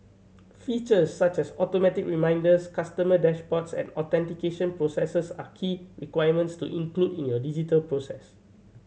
features such as automated reminders customer dashboards and authentication processes are key requirements to include in your digital process